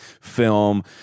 film